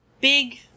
big